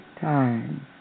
Time